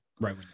Right